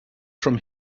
from